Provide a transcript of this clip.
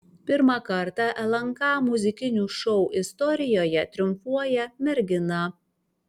pirmą kartą lnk muzikinių šou istorijoje triumfuoja mergina